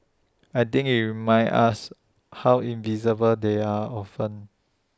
I think IT reminds us how invisible they are often